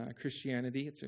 Christianity